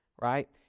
right